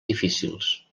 difícils